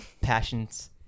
passions